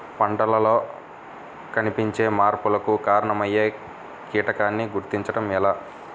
పంటలలో కనిపించే మార్పులకు కారణమయ్యే కీటకాన్ని గుర్తుంచటం ఎలా?